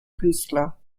künstler